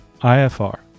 IFR